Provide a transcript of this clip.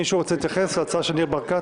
מישהו רוצה להתייחס להצעה של ניר ברקת?